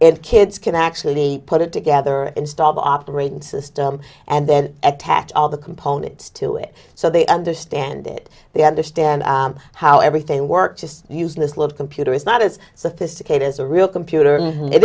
if kids can actually put it together and stop operating system and then attach all the components to it so they understand it they understand how everything works just using this love computer is not as sophisticated as a real computer it